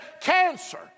Cancer